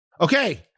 Okay